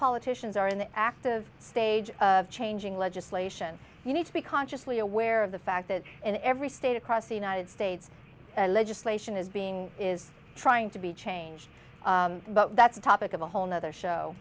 politicians are in the active stage of changing legislation you need to be consciously aware of the fact that in every state across the united states legislation is being is trying to be changed but that's a topic of a whole another show